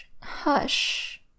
hush